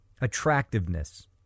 Attractiveness